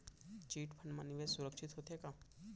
Chit fund मा निवेश सुरक्षित होथे का?